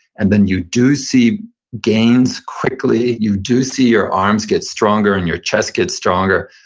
and then you do see gains quickly. you do see your arms get stronger and your chest get stronger.